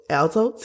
alto